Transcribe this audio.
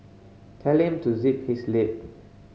tell him to zip his lip